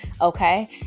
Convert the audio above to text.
Okay